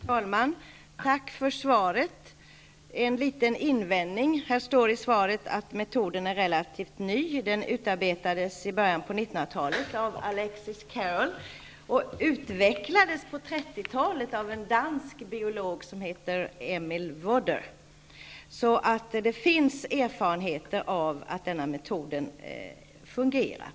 Fru talman! Tack för svaret. Jag har en liten invändning. Det står i svaret att metoden är relativt ny. Den utarbetades emellertid i början av 1900-talet 10 av Alexis Carroll och utvecklades på 30-talet av en dansk biolog som heter Emil Vodder. Det finns alltså erfarenheter som tyder på att denna metod fungerar.